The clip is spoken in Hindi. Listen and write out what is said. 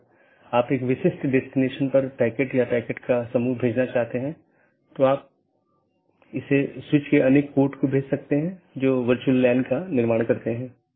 इसलिए जब एक बार BGP राउटर को यह अपडेट मिल जाता है तो यह मूल रूप से सहकर्मी पर भेजने से पहले पथ विशेषताओं को अपडेट करता है